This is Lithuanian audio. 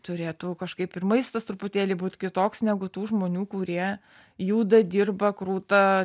turėtų kažkaip ir maistas truputėlį būt kitoks negu tų žmonių kurie juda dirba kruta